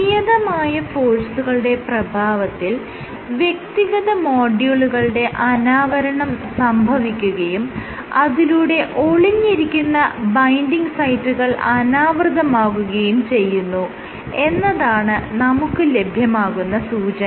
നിയതമായ ഫോഴ്സുകളുടെ പ്രഭാവത്തിൽ വ്യക്തിഗത മോഡ്യൂളുകളുടെ അനാവരണം സംഭവിക്കുകയും അതിലൂടെ ഒളിഞ്ഞിരിക്കുന്ന ബൈൻഡിങ് സൈറ്റുകൾ അനാവൃതമാകുകയും ചെയ്യുന്നു എന്നതാണ് നമുക്ക് ലഭ്യമാകുന്ന സൂചന